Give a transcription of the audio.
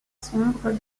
sombre